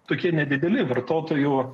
tokie nedideli vartotojų